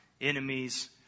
enemies